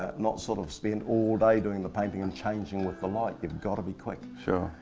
ah not sort of spend all day doing the painting and changing with the light. you've gotta be quick. sure.